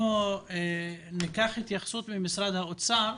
נקבל התייחסות משרד האוצר.